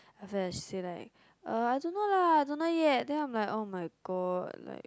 after that she say like uh I don't know lah I don't know yet then I'm like oh my god like